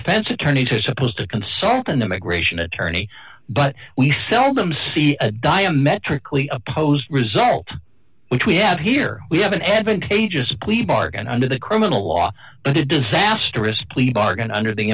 defense attorneys are supposed to consult an immigration attorney but we seldom see a diametrically opposed result which we have here we have an advantageous plea bargain under the criminal law but a disastrous plea bargain under the